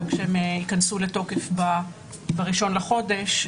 וכשהם יכנסו לתוקף ב-1 בחודש,